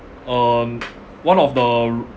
um one of the